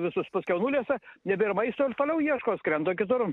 visus paskiau nulesa nebėr maisto ir toliau ieško skrenda kitur